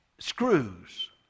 screws